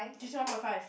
teach one point five